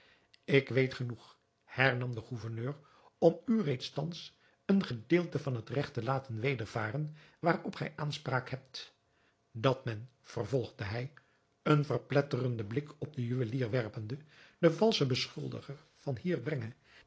ik weet genoeg hernam de gouverneur om u reeds thans een gedeelte van het regt te laten wedervaren waarop gij aanspraak hebt dat men vervolgde hij een verpletterenden blik op den juwelier werpende den valschen beschuldiger van hier brenge